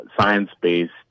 science-based